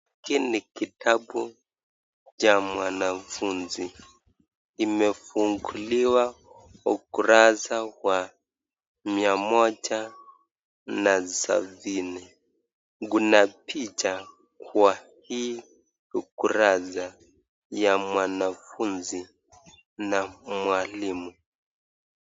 Hiki ni kitabu cha mwanafunzi imefunguliwa ukurasa wa mia moja na sabini kuna picha kwa hii ukurasa ya mwanafunzi na mwalimu.